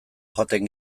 joaten